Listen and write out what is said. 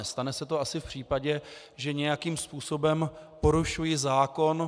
Stane se to asi v případě, že nějakým způsobem porušuji zákon.